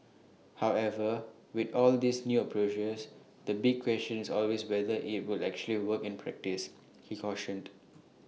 however with all these new approaches the big question is always whether IT will actually work in practice he cautioned